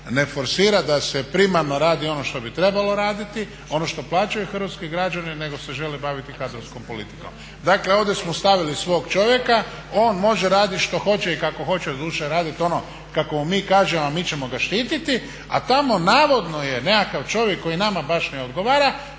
ne forsira da se primarno radi ono što bi trebalo raditi, ono što plaćaju hrvatski građani nego se žele baviti kadrovskom politikom. Dakle, ovdje smo stavili svog čovjeka, on može raditi što hoće i kako hoće, odlučio je raditi ono kako mu mi kažemo a mi ćemo ga štiti a tamo navodno je nekakav čovjek koji nama baš ne odgovora